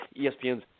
ESPN's